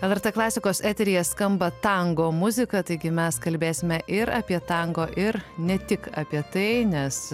lrt klasikos eteryje skamba tango muzika taigi mes kalbėsime ir apie tango ir ne tik apie tai nes